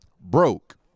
broke